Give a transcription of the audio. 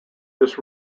this